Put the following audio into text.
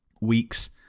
weeks